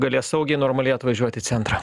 galės saugiai normaliai atvažiuot į centrą